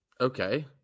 Okay